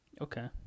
Okay